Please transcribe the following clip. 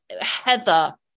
Heather